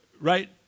right